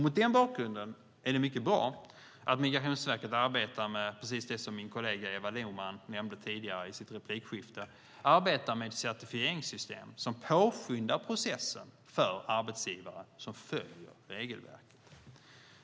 Mot den bakgrunden är det mycket bra att Migrationsverket arbetar med det som min kollega Eva Lohman nämnde tidigare i sitt replikskifte: ett certifieringssystem som påskyndar processen för arbetsgivare som följer regelverket.